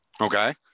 Okay